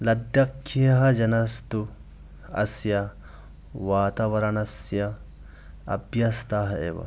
लद्दाखीयः जनस्तु अस्य वातावरणस्य अभ्यस्ताः एव